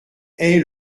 est